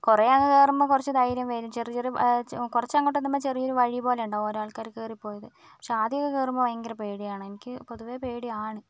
കുറേ അങ്ങ് കയറുമ്പോൾ കുറച്ച് ധൈര്യം വരും ചെറിയ ചെറിയ കുറച്ച് അങ്ങോട്ട് എത്തുമ്പോൾ ചെറിയ ഒരു വഴിപോലെ ഉണ്ടാകും ഒരാൾക്ക് കയറിപോയത് പക്ഷേ ആദ്യമൊക്കേ കയറുമ്പോൾ ഭയങ്കര പേടിയാണ് എനിക്ക് പൊതുവേ പേടിയാണ്